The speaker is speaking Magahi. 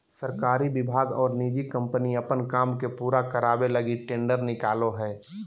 सरकारी विभाग और निजी कम्पनी अपन काम के पूरा करावे लगी टेंडर निकालो हइ